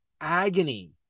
agony